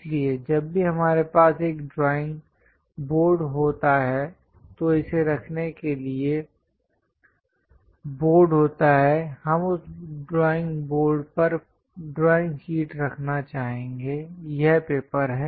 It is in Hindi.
इसलिए जब भी हमारे पास एक ड्राइंग बोर्ड होता है तो इसे रखने के लिए बोर्ड होता है हम उस ड्राइंग बोर्ड पर ड्राइंग शीट रखना चाहेंगे यह पेपर है